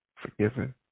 forgiven